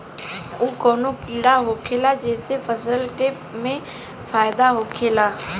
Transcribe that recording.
उ कौन कीड़ा होखेला जेसे फसल के फ़ायदा होखे ला?